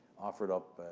offered up,